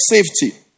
safety